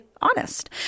honest